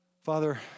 Father